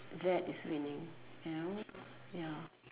that is winning you know ya